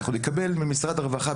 אנחנו נקבל ממשרד הרווחה,